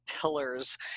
pillars